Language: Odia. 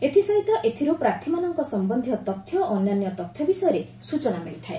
ଏଥିସହିତ ଏଥିରୁ ପ୍ରାର୍ଥୀମାନଙ୍କ ସମ୍ଭନ୍ଧୀୟ ତଥ୍ୟ ଓ ଅନ୍ୟାନ୍ୟ ତଥ୍ୟ ବିଷୟରେ ସ୍କଚନା ମିଳିଥାଏ